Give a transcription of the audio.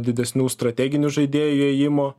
didesnių strateginių žaidėjų įėjimo